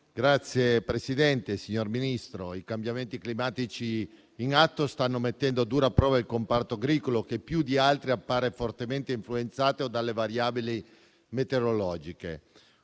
delle foreste* - Premesso che: i cambiamenti climatici in atto stanno mettendo a dura prova il comparto agricolo, che più di altri appare fortemente influenzato dalle variabili meteorologiche;